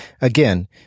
Again